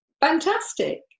fantastic